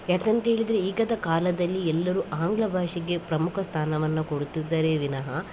ಯಾಕೆಂತ್ಹೇಳಿದರೆ ಈಗ ಕಾಲದಲ್ಲಿ ಎಲ್ಲರೂ ಆಂಗ್ಲ ಭಾಷೆಗೆ ಪ್ರಮುಖ ಸ್ಥಾನವನ್ನು ಕೊಡುತಿದ್ದರೆ ವಿನಹ